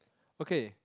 okay